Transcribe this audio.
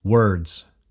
words